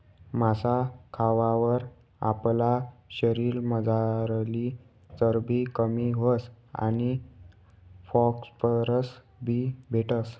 मासा खावावर आपला शरीरमझारली चरबी कमी व्हस आणि फॉस्फरस बी भेटस